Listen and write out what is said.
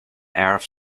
earth